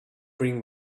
bring